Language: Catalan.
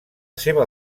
seva